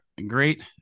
Great